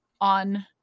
on